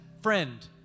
friend